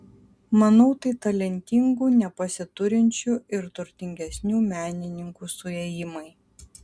manau tai talentingų nepasiturinčių ir turtingesnių menininkų suėjimai